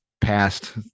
past